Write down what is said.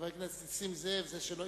חבר הכנסת נסים זאב, זה שלא